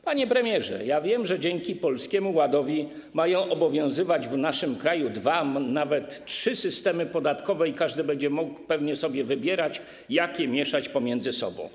Panie premierze, ja wiem, że dzięki Polskiemu Ładowi mają obowiązywać w naszym kraju dwa, a nawet trzy systemy podatkowe i każdy będzie mógł pewnie sobie wybierać, jak je mieszać pomiędzy sobą.